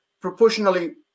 proportionally